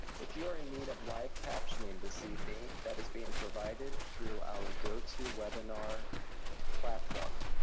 if you are in need of live captioning this evening, that is being provided through our gotowebinar platform.